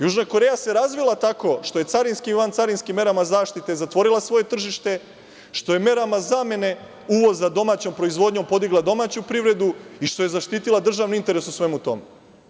Južna Koreja se razvila tako što je carinskim i vancarinskim merama zaštite zatvorila svoje tržište, što je merama zamene uvoza domaćom proizvodnjom podigla domaću privredu i što je zaštitila državni interes u svemu tome.